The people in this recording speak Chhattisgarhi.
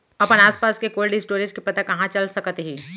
अपन आसपास के कोल्ड स्टोरेज के पता कहाँ चल सकत हे?